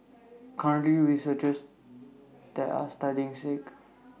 currently researchers there are studying sake